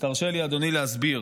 אז תרשה לי, אדוני, להסביר.